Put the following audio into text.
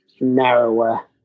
narrower